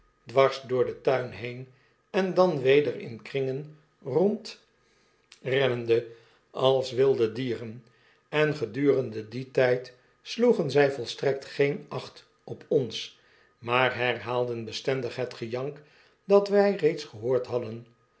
dwars door den tuin heen en dan weder in kringen rond rennende als wilde dieren en gedurende dien tgd sloefen zg volstrekt geen acht op ons maar heraalden bestendig het gejank dat wij reeds gehoord hadden